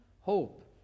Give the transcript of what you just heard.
hope